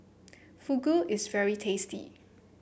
Fugu is very tasty